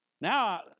Now